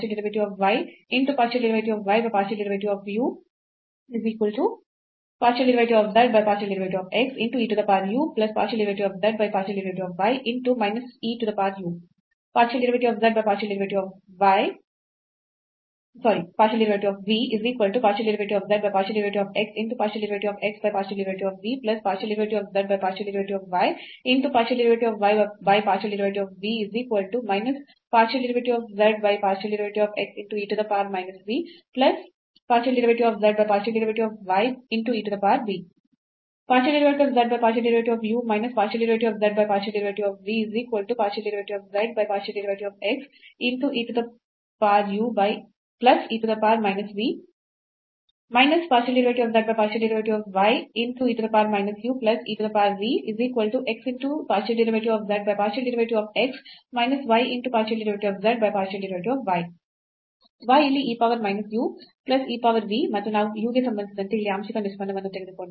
y ಇಲ್ಲಿ e power minus u plus e power v ಮತ್ತು ನಾವು u ಗೆ ಸಂಬಂಧಿಸಿದಂತೆ ಇಲ್ಲಿ ಆಂಶಿಕ ನಿಷ್ಪನ್ನವನ್ನು ತೆಗೆದುಕೊಂಡಾಗ